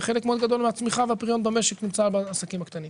וחלק מאוד גדול מהצמיחה והפריון במשק נמצא בעסקים הקטנים.